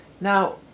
Now